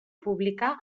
publicar